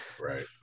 right